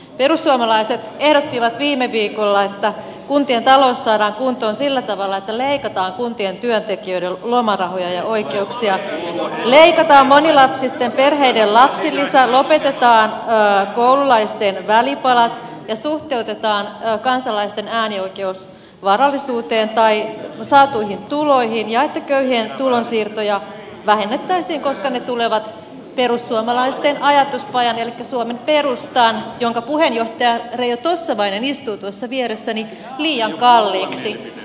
perussuomalaiset ehdottivat viime viikolla että kuntien talous saadaan kuntoon sillä tavalla että leikataan kuntien työntekijöiden lomarahoja ja oikeuksia leikataan monilapsisten perheiden lapsilisää lopetetaan koululaisten välipalat suhteutetaan kansalaisten äänioikeus varallisuuteen tai saatuihin tuloihin ja vähennetään köyhien tulonsiirtoja koska ne tulevat perussuomalaisten ajatuspajan elikkä suomen perustan jonka puheenjohtaja reijo tossavainen istuu tuossa vieressäni mukaan liian kalliiksi